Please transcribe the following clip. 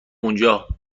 اونجا